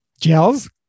Gels